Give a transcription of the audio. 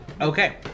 Okay